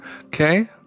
Okay